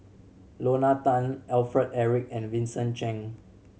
Lorna Tan Alfred Eric and Vincent Cheng